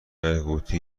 قوطی